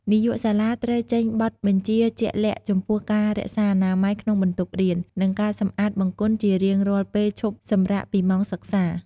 នាយកសាលាត្រូវចេញបទបញ្ជាជាក់លាក់ចំពោះការរក្សាអនាម័យក្នុងបន្ទប់រៀន និងការសម្អាតបង្គន់ជារៀងរាល់ពេលឈប់សម្រាកពីម៉ោងសិក្សា។